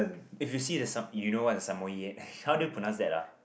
if you see the some you know what's the Samoyed how do you pronounce that ah